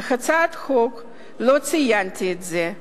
בהצעת החוק לא ציינתי את זה,